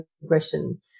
progression